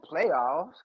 playoffs